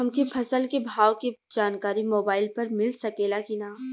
हमके फसल के भाव के जानकारी मोबाइल पर मिल सकेला की ना?